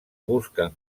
busquen